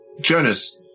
Jonas